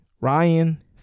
Ryan